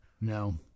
No